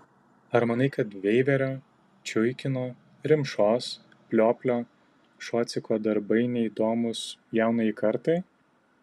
ar manai kad veiverio čiuikino rimšos plioplio šociko darbai neįdomūs jaunajai kartai